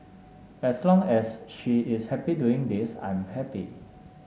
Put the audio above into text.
as long as she is happy doing this I'm happy